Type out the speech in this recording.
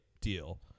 deal